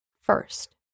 first